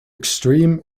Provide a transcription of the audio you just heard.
extreme